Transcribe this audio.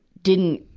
didn't,